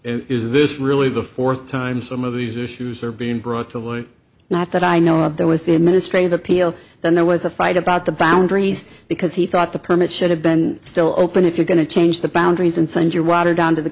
really is this really the fourth time some of these issues are being brought to life not that i know of there was the administrative appeal then there was a fight about the boundaries because he thought the permit should have been still open if you're going to change the boundaries and send your water down to the